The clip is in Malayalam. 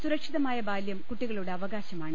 സുരക്ഷിതമായ ബാല്യം കുട്ടികളുടെ അവകാശമാണ്